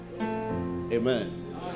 Amen